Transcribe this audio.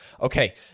Okay